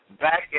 back